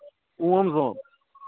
اوم زام